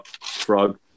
Frog